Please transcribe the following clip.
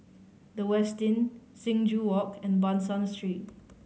The Westin Sing Joo Walk and Ban San Street